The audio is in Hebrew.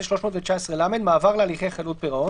סעיף 319ל: מעבר להליכי חדלות פירעון.